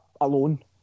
alone